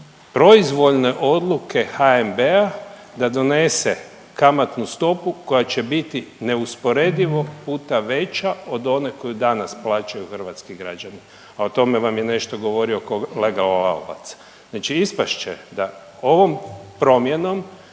proizvoljne odluke HNB-a da donese kamatnu stopu koja će biti neusporedivo puta veća od one koju danas plaćaju hrvatski građani? A o tome vam je nešto govorio kolega Lalovac. Znači ispast će da ovom promjenom